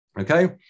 Okay